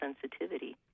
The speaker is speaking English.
sensitivity